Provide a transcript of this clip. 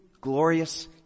glorious